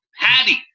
Patty